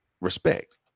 respect